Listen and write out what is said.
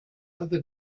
other